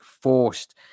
forced